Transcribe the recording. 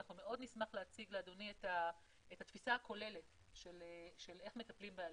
נשמח להציג לאדוני את התפיסה הכוללת של איך מטפלים באלימות.